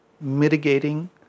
mitigating